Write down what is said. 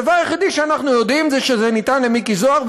הדבר היחיד שאנחנו יודעים זה שזה ניתן למיקי זוהר,